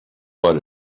what